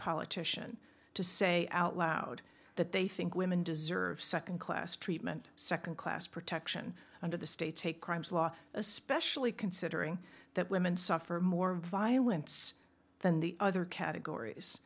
politician to say out loud that they think women deserve nd class treatment nd class protection under the state's take crimes law especially considering that women suffer more violence than the other categories